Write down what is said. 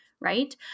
right